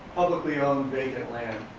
publicly-owned vacant land,